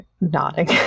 nodding